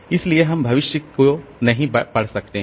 इसलिए हम भविष्य को नहीं पढ़ सकते हैं